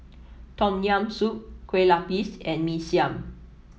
Tom Yam Soup Kueh Lapis and Mee Siam